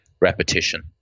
repetition